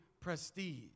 prestige